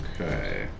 Okay